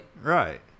Right